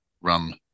run